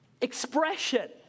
expression